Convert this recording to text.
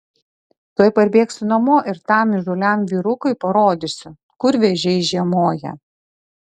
tuoj parbėgsiu namo ir tam įžūliam vyrukui parodysiu kur vėžiai žiemoja